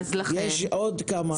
יש עוד כמה עניים שהם לא רק חרדים וערבים.